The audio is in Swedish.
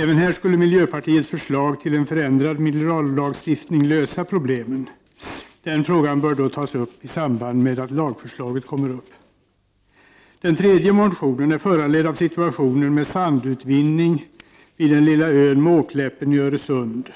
Även här skulle miljöpartiets förslag till förändrad minerallagstiftning lösa problemen. Den frågan bör då tas upp i samband med att lagförslaget kommer upp. Den tredje motionen är föranledd av situationen med sandutvinning vid den lilla ör Måkläppen i Öresund.